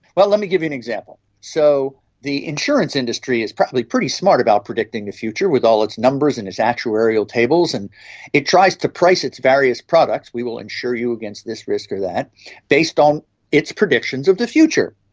well, let me give you an example. so the insurance industry is probably pretty smart about predicting the future with all its numbers and its actuarial tables, and it tries to price its various products we will ensure you against this risk or that based on its predictions of the future.